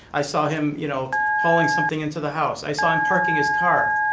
i saw him you know hauling something into the house. i saw him parking his car.